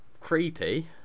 creepy